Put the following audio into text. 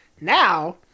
Now